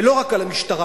ולא רק על המשטרה,